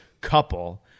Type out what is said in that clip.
couple